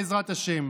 בעזרת השם.